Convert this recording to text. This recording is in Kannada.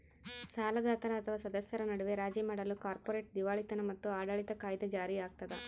ಸಾಲದಾತರ ಅಥವಾ ಸದಸ್ಯರ ನಡುವೆ ರಾಜಿ ಮಾಡಲು ಕಾರ್ಪೊರೇಟ್ ದಿವಾಳಿತನ ಮತ್ತು ಆಡಳಿತ ಕಾಯಿದೆ ಜಾರಿಯಾಗ್ತದ